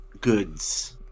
goods